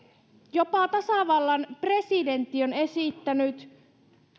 jopa tasavallan presidentti on esittänyt